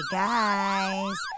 guys